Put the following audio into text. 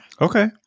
Okay